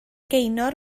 gaynor